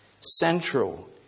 Central